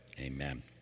amen